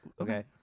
Okay